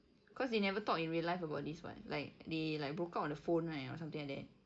cause they never talk in real life about this [what] like they like broke up on the phone right or something like that